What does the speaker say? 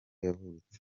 yavutse